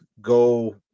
go